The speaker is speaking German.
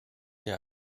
der